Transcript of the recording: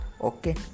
Okay